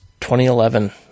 2011